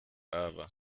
aber